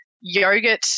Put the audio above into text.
yogurt